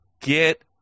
get